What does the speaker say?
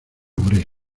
morir